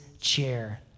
chair